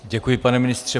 Děkuji, pane ministře.